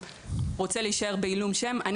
אם הנער רוצה להישאר בעילום שם,